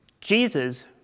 Jesus